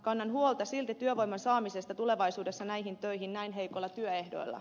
kannan huolta silti työvoiman saamisesta tulevaisuudessa näihin töihin näin heikoilla työehdoilla